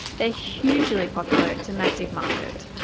they're hugely popular. it's a massive market.